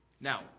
Now